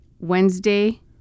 Wednesday